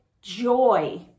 joy